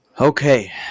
Okay